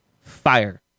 Fire